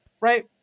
right